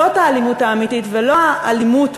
זאת האלימות האמיתית, ולא ה"אלימות"